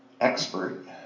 expert